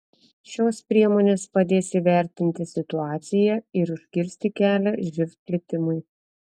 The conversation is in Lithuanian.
šios priemonės padės įvertinti situaciją ir užkirsti kelią živ plitimui